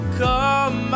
come